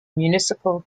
municipal